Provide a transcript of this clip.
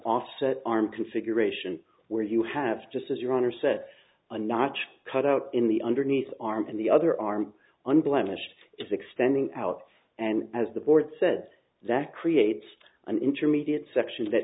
offset arm configuration where you have just as your honor sent a notch cut out in the underneath arm and the other arm unblemished is extending out and as the board said that creates an intermediate section that